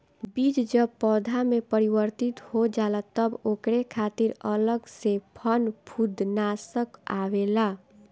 बीज जब पौधा में परिवर्तित हो जाला तब ओकरे खातिर अलग से फंफूदनाशक आवेला